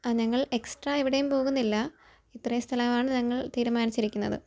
ആ ഞങ്ങൾ എക്സ്ട്രാ എവിടേയും പോകുന്നില്ല ഇത്രയും സ്ഥലമാണ് ഞങ്ങൾ തീരുമാനിച്ചിരിക്കുന്നത്